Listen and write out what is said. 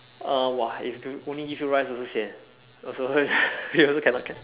err !wah! if to only give you rice also sian also you also cannot